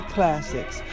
Classics